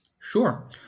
Sure